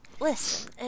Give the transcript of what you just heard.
listen